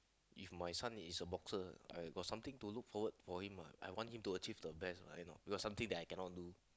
if my son is a boxer I got something to look forward for him what I want to achieve the best what why not because it's something I cannot do